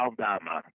Aldama